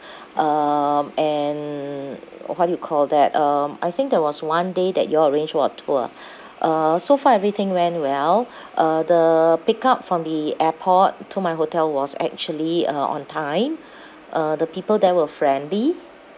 um and what do you call that um I think there was one day that you all arrange for a tour uh so far everything went well uh the pick up from the airport to my hotel was actually uh on time uh the people there were friendly